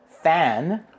fan